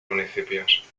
municipios